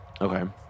Okay